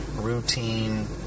routine